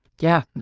yeah,